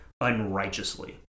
unrighteously